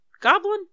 goblin